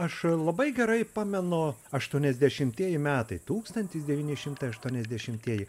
aš labai gerai pamenu aštuoniasdešimtieji metai tūkstantis devyni šimtai aštuoniasdešimtieji